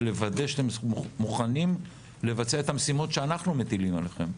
לוודא שאתם מוכנים לבצע את המשימות שאנחנו מטילים עליכם.